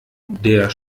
der